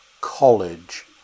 college